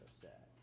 set